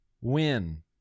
win